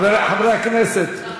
חברי הכנסת, כן,